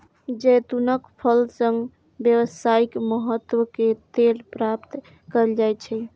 जैतूनक फल सं व्यावसायिक महत्व के तेल प्राप्त कैल जाइ छै